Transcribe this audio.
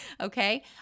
okay